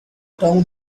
town